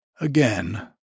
Again